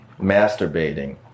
masturbating